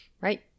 right